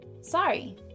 Sorry